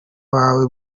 wawe